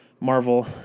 Marvel